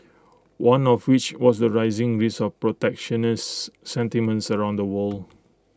one of which was the rising risk of protectionist sentiments around the world